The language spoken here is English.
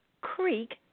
Creek